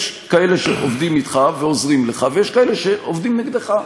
יש כאלה שעובדים אתך ועוזרים לך ויש כאלה שעובדים נגדך.